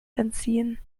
entziehen